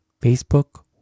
Facebook